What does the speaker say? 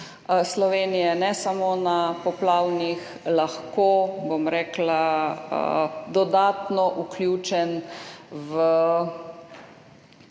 Slovenije, ne samo na poplavnih, lahko dodatno vključen –